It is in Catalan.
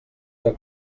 que